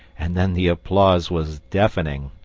and then the applause was deafening.